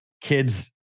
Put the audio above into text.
kids